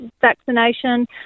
vaccination